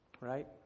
right